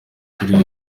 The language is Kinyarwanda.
kuri